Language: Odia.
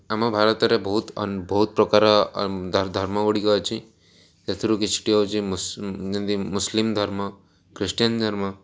ଆମ ଭାରତରେ ବହୁତ ବହୁତ ପ୍ରକାର ଧର୍ମ ଗୁଡ଼ିକ ଅଛି ସେଥିରୁ କିଛିଟି ହେଉଛି ଯେମିତି ମୁସଲିମ୍ ଧର୍ମ ଖ୍ରୀଷ୍ଟିୟାନ୍ ଧର୍ମ